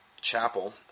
chapel